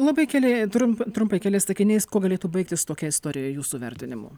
labai keli trumpai trumpai keliais sakiniais kuo galėtų baigtis tokia istorija jūsų vertinimu